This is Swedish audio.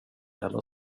eller